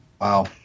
Wow